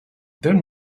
then